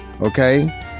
Okay